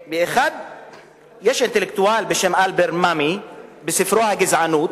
יש אינטלקטואל בשם אלבר ממי, שבספרו "הגזענות"